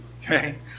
Okay